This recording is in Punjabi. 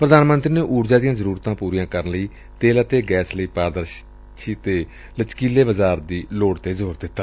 ਪ੍ਰਧਾਨ ਮੰਤਰੀ ਨੇ ਊਰਜਾ ਦੀਆਂ ਜ਼ਰੂਰਤਾਂ ਪ੍ਰਰੀਆਂ ਕਰਨ ਲਈ ਤੇਲ ਅਤੇ ਗੈਸ ਲਈ ਪਾਰਦਰਸ਼ੀ ਅਤੇ ਲਚਕੀਲੇ ਬਾਸ਼ਾਰ ਦੀ ਲੋੜ ਤੇ ਜ਼ੋਰ ਦਿਂਤਾ